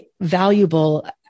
valuable